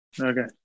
Okay